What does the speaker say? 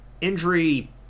injury